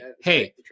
hey